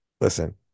Listen